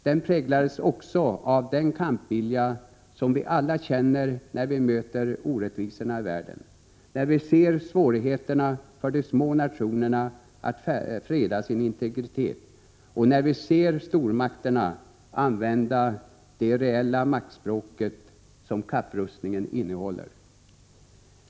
Den präglades också av den kampvilja som vi alla känner när vi möter orättvisorna i världen, när vi ser svårigheterna för de små nationerna att freda sin integritet och när vi ser stormakterna använda det reella maktspråk som kapprustningen innehåller.